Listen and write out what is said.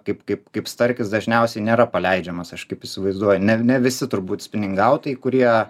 kaip kaip kaip starkis dažniausiai nėra paleidžiamas aš kaip įsivaizduoju ne visi turbūt spiningautojai kurie